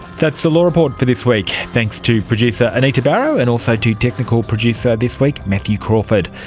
that's the law report for this week. thanks to producer anita barraud and also to technical producer this week matthew crawford.